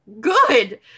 good